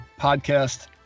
podcast